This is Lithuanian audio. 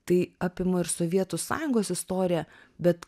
tai apima ir sovietų sąjungos istoriją bet